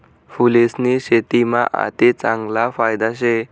फूलेस्नी शेतीमा आते चांगला फायदा शे